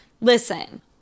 Listen